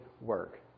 work